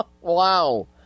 Wow